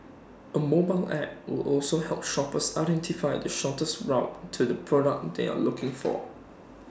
A mobile app will also help shoppers identify the shortest route to the product they are looking for